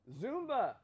Zumba